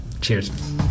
Cheers